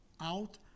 out